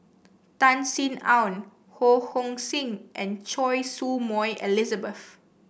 Tan Sin Aun Ho Hong Sing and Choy Su Moi Elizabeth